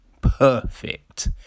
perfect